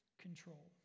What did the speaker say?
control